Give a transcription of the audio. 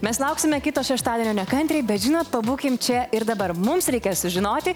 mes lauksime kito šeštadienio nekantriai bet žinot pabūkim čia ir dabar mums reikės sužinoti